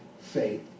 faith